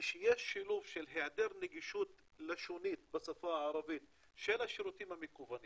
כשיש שילוב של היעדר נגישות לשונית בשפה הערבית של השירותים המקוונים